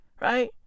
right